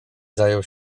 zajął